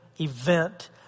event